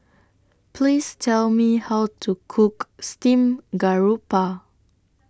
Please Tell Me How to Cook Steamed Garoupa